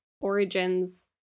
origins